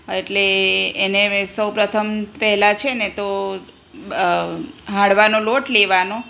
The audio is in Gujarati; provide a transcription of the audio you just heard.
એટલે એને સૌપ્રથમ પહેલા છે ને તો હાંડવાનો લોટ લેવાનો